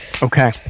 Okay